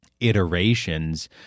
iterations